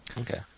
Okay